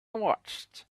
watched